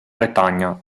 bretagna